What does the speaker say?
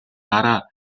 гараа